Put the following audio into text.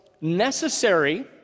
necessary